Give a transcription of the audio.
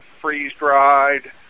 freeze-dried